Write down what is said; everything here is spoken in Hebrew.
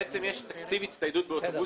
בעצם יש תקציב הצטיידות באוטובוסים